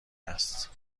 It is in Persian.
است